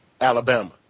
Alabama